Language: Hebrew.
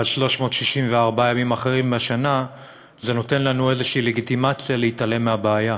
אבל 364 ימים אחרים בשנה זה נותן לנו איזושהי לגיטימציה להתעלם מהבעיה,